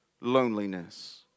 loneliness